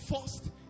first